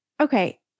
okay